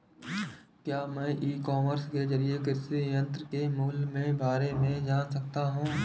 क्या मैं e commerce के ज़रिए कृषि यंत्र के मूल्य में बारे में जान सकता हूँ?